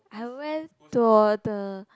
I went to the